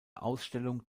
ausstellung